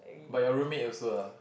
but your roommate also ah